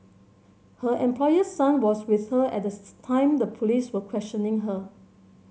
her employer's son was with her at the time the police were questioning her